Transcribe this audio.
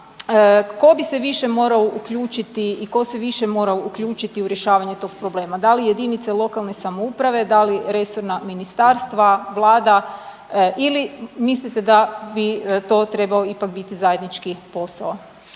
tko bi se više morao uključiti i tko se više mora uključiti u rješavanje toga problem, da li jedinice lokalne samouprave, da li resorna ministarstva, Vlada ili mislite da bi to trebao ipak biti zajednički posao?